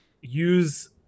use